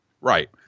Right